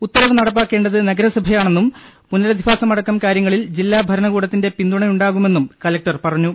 ഉത്തരവ് നടപ്പാക്കേണ്ടത് നഗരസഭ യാണെന്നും പുനരധിവാസം അടക്കം കാര്യങ്ങളിൽ ജില്ലാഭരണ കൂടത്തിന്റെ പിന്തുണയുണ്ടാകുമെന്നും കലക്ടർ പറഞ്ഞു